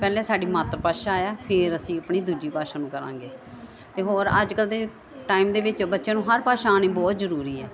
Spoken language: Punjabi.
ਪਹਿਲੇ ਸਾਡੀ ਮਾਤਰ ਭਾਸ਼ਾ ਆ ਫਿਰ ਅਸੀਂ ਆਪਣੀ ਦੂਜੀ ਭਾਸ਼ਾ ਨੂੰ ਕਰਾਂਗੇ ਅਤੇ ਹੋਰ ਅੱਜ ਕੱਲ੍ਹ ਦੇ ਟਾਈਮ ਦੇ ਵਿੱਚ ਬੱਚਿਆਂ ਨੂੰ ਹਰ ਭਾਸ਼ਾ ਆਉਣੀ ਬਹੁਤ ਜ਼ਰੂਰੀ ਹੈ